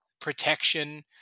protection